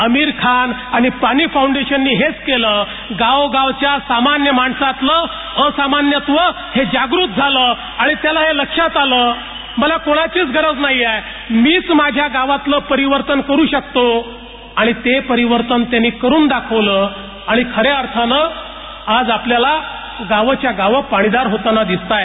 आमीर खान आणि पाणी फौंडेशनने हेच केलं आणि गावोगावच्या सामान्य माणसामधील असामान्यत्व जागृत झाले आणि त्याला हे लक्षात आला की मला कोणाचीच गरज नाहीये मीच माक्ष्या गावातील परिवर्तन करू शकतो आणि ते परिवर्तन त्यांनी करून दाखवले आणि ख या अर्थाने आपल्याला गावच्यागावे पाणीदार होताना दिसत आहेत